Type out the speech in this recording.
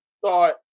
thought